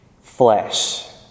flesh